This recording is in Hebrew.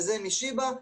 אחרים משיבא,